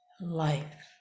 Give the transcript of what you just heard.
life